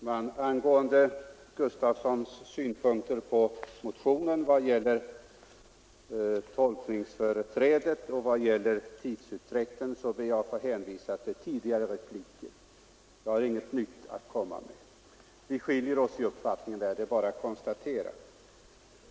Herr talman! Beträffande herr Gustafssons i Stockholm synpunkter på motionen såvitt det gäller tolkningsföreträdet och tidsutdräkten ber jag att få hänvisa till tidigare repliker. Jag har inget nytt att komma med. Det är bara att konstatera att vi skiljer oss åt i uppfattning.